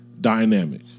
dynamic